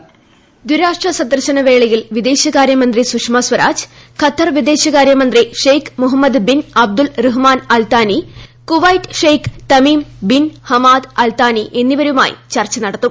voice ദ്വിരാഷ്ട്ര സന്ദർശന വേളയിൽ വിദേശകാര്യമന്ത്രി സുഷമ സ്വരാജ് ഖത്തർ വിദേശകാര്യമന്ത്രി Sheikh Mohammed bin Abdul Rahman Al Thani Kuwait Sheikh Tamim bin Hamad Al Thani എന്നിവരുമായി ചർച്ച നടത്തും